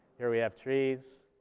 here we have trees,